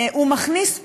הוא מכניס פנימה,